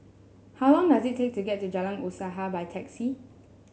how long does it take to get to Jalan Usaha by taxi